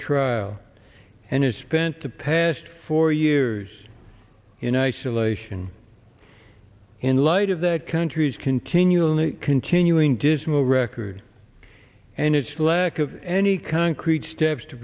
trial and has spent the past four years in isolation in light of that country's continually continuing dismal record and its lack of any concrete steps to